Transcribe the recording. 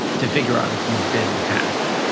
to figure out if you've been hacked,